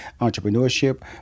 entrepreneurship